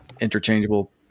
interchangeable